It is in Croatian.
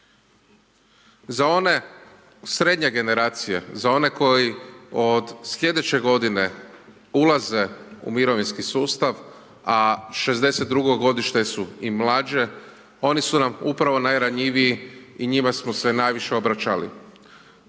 Za one srednje generacije, za one koji od sljedeće godine ulaze u mirovinski sustav, a 62.godište su i mlađe, oni su nam upravo najranjiviji i njima smo se najviše obraćali.